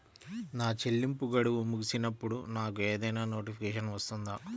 నా చెల్లింపు గడువు ముగిసినప్పుడు నాకు ఏదైనా నోటిఫికేషన్ వస్తుందా?